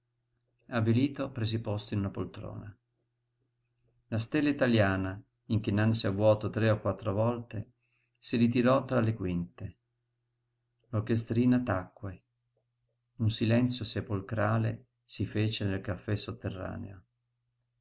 avvilito presi posto in una poltrona la stella italiana inchinandosi a vuoto tre o quattro volte si ritirò tra le quinte l'orchestrina tacque un silenzio sepolcrale si fece nel caffè sotterraneo